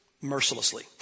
Mercilessly